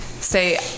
say